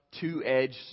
two-edged